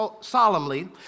solemnly